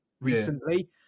recently